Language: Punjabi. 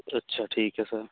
ਅੱਛਾ ਅੱਛਾ ਠੀਕ ਹੈ ਸਰ